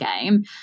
game